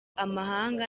amahanga